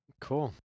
Cool